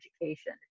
education